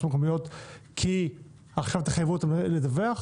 המקומיות כי עכשיו תחייבו אותם לדווח?